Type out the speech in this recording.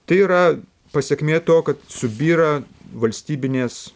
tai yra pasekmė to kad subyra valstybinės